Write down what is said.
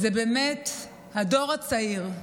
זה באמת הדור הצעיר.